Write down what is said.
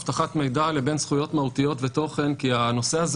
אבטחת מידע לבין זכויות מהותיות ותוכן כי הנושא הזה